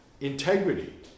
integrity